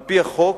על-פי החוק,